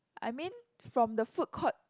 I mean from the food court